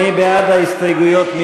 מי בעד ההסתייגויות?